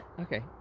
Okay